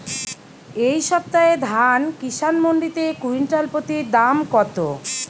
এই সপ্তাহে ধান কিষান মন্ডিতে কুইন্টাল প্রতি দাম কত?